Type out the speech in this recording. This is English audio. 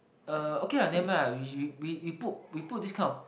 uh okay lah nevermind lah we we we put this kind of